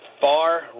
far